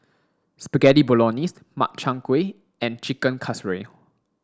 Spaghetti Bolognese Makchang gui and Chicken Casserole